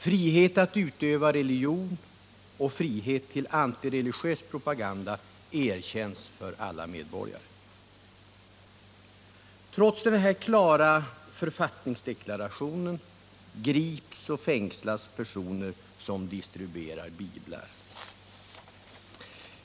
Frihet att utöva religion och frihet till antireligiös propaganda erkänns för alla medborgare.” Trots denna klara författningsdeklaration grips och fängslas personer som distribuerar biblar!